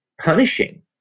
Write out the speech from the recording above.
punishing